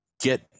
get